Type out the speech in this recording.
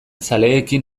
zaleekin